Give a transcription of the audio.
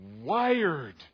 wired